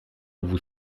vous